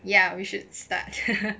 ya we should start